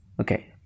okay